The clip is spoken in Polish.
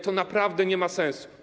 To naprawdę nie ma sensu.